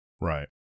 Right